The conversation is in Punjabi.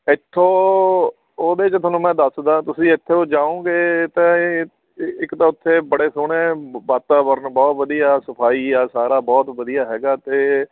ਇੱਥੋਂ ਉਹਦੇ 'ਚ ਤੁਹਾਨੂੰ ਮੈਂ ਦੱਸਦਾ ਤੁਸੀਂ ਇੱਥੋਂ ਜਾਓਂਗੇ ਤਾਂ ਇਹ ਇੱਕ ਤਾਂ ਉੱਥੇ ਬੜੇ ਸੋਹਣੇ ਵਾਤਾਵਰਨ ਬਹੁਤ ਵਧੀਆ ਸਫਾਈ ਆ ਸਾਰਾ ਬਹੁਤ ਵਧੀਆ ਹੈਗਾ ਅਤੇ